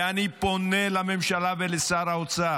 ואני פונה לממשלה ולשר האוצר: